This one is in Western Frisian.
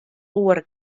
oare